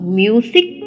music